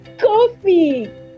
coffee